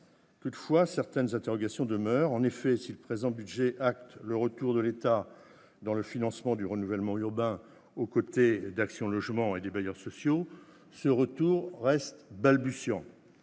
Toutefois, certaines interrogations demeurent. Ainsi, si le présent projet de budget acte le retour de l'État dans le financement du renouvellement urbain aux côtés d'Action Logement et des bailleurs sociaux, ce retour reste balbutiant.